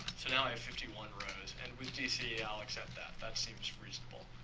so now i have fifty one rows and with dc, i'll accept that, that seems reasonable.